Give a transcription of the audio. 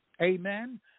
Amen